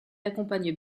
accompagne